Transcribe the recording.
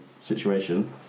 situation